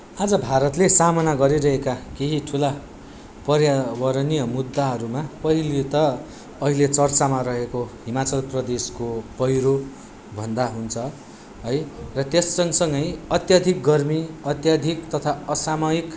आज भारतले सामना गरिरहेका केही ठुला पर्यावरणीय मुद्धाहरूमा पहिले त अहिले चर्चामा रहेको हिमाचल प्रदेशको पैह्रोभन्दा हुन्छ है र त्यससँगसँगै अत्याधिक गर्मी अत्याधिक तथा असामयिक